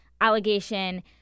allegation